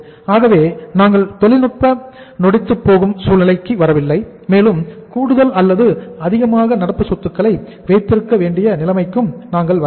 ஆகவே நாங்கள் தொழில்நுட்பம் நொடித்துப் போகும் சூழ்நிலைக்கு வரவில்லை மேலும் கூடுதல் அல்லது அதிகமாக நடப்பு சொத்துக்களை வைத்திருக்க வேண்டிய நிலைமைக்கு நாங்கள் வரவில்லை